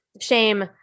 Shame